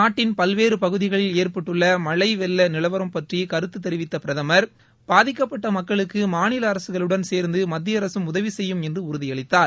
நாட்டின் பல்வேறு பகுதிகளில் ஏற்பட்டுள்ள மழை வெள்ள நிலவரம் பற்றி கருத்து தெரிவித்த பிரதுர் பாதிக்கப்பட்ட மக்களுக்கு மாநில அரககளுடன் சேர்ந்து மத்திய அரசும் உதவி செய்யும் என்று உறுதியளித்தார்